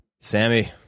sammy